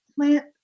plant